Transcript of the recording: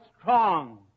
strong